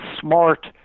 smart